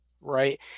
right